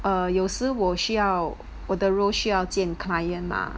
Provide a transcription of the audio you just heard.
err 有时我需要我的 role 需要见 client mah